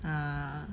ah